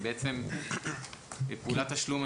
פעולת תשלום,